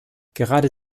gerade